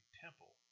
temple